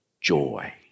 joy